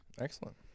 excellent